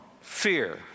fear